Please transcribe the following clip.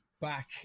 back